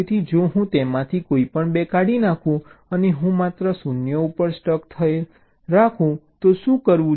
તેથી જો હું તેમાંથી કોઈપણ 2 કાઢી નાખું અને હું માત્ર 0 ઉપર સ્ટક થયેલ રાખું તો શું કરવું